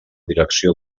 direcció